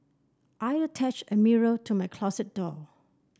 I attached a mirror to my closet door